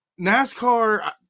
NASCAR –